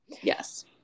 Yes